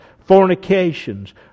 fornications